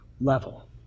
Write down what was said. level